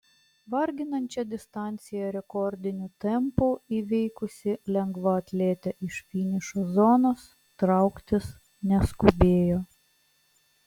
varginančią distanciją rekordiniu tempu įveikusi lengvaatletė iš finišo zonos trauktis neskubėjo